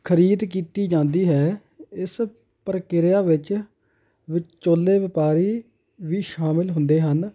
ਖ਼ਰੀਦ ਕੀਤੀ ਜਾਂਦੀ ਹੈ ਇਸ ਪ੍ਰਕਿਰਿਆ ਵਿੱਚ ਵਿਚੋਲੇ ਵਪਾਰੀ ਵੀ ਸ਼ਾਮਿਲ ਹੁੰਦੇ ਹਨ